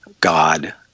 god